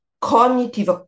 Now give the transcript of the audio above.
cognitive